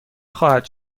خواهد